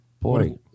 Boy